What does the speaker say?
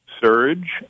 surge